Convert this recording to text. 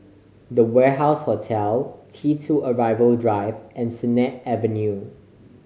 The Warehouse Hotel T Two Arrival Drive and Sennett Avenue